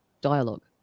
dialogue